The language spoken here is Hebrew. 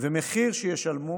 ומחיר שישלמו